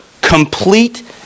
complete